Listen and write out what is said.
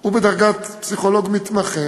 הוא בדרגת פסיכולוג מתמחה,